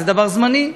זה דבר זמני,